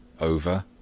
over